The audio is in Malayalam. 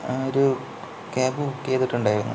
ഒരു ക്യാബ് ബുക്ക് ചെയ്തിട്ടുണ്ടായിരുന്നു